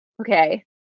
Okay